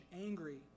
angry